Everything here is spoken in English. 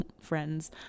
friends